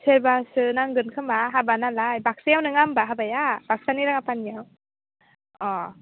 सेरबासो नांगोन खोमा हाबा नालाय बाकसायाव नङा होनबा हाबाया बाकसानि राङापानियाव अ